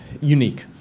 unique